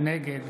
נגד